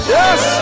yes